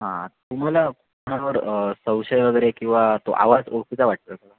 हां तुम्हाला कोणावर संशय वगैरे किंवा तो आवाज ओळखीचा वाटतो आहे का